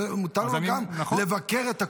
מותר לו גם לבקר את הקואליציה.